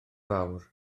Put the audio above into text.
fawr